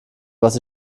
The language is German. was